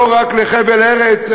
לא רק לחבל ארץ,